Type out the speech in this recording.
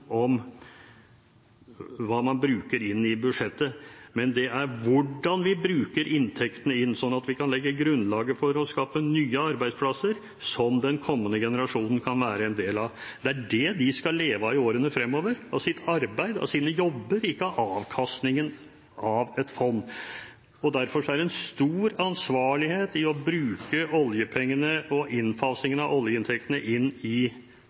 om hva man bruker inn i budsjettet, men det er hvordan vi bruker inntektene inn, slik at vi kan legge grunnlaget for å skape nye arbeidsplasser som den kommende generasjonen kan være en del av. Det er det de skal leve av i årene fremover – av sitt arbeid og sine jobber, ikke av avkastningen av et fond. Derfor er det en stor ansvarlighet å bruke oljepengene og innfasingen av oljeinntektene inn i